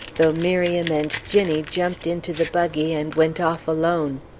though miriam and ginnie jumped into the buggy and went off alone.